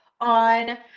on